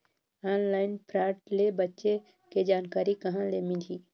Online fraud ले बचे के जानकारी कहां ले मिलही?